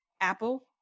Apple